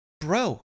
bro